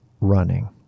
running